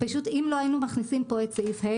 לא היינו מכניסים פה את סעיף (ה),